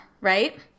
right